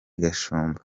gashumba